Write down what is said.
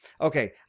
Okay